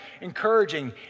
encouraging